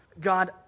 God